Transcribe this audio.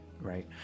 right